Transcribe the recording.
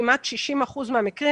כמעט ב-60% מהמקרים,